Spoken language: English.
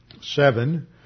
seven